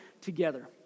together